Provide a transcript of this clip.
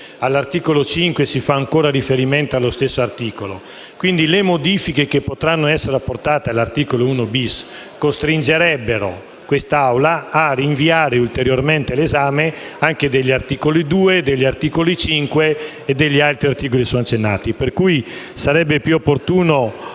all'articolo 5 si fa ancora riferimento allo stesso articolo. Quindi, le modifiche che potranno essere apportate all'articolo 1-*bis* costringerebbero quest'Assemblea a rinviare ulteriormente l'esame anche dell'articolo 2, dell'articolo 5 e degli altri articoli accennati. Pertanto, sarebbe più opportuno,